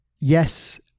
yes